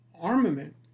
armament